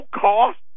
cost